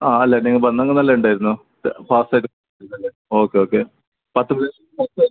ആ അല്ല നിങ്ങൾ വന്നെങ്കിൽ നല്ല ഉണ്ടായിരുന്നു പാർസല് ഇവിടെ ഓക്കെ ഓക്കെ പത്ത് പത്ത്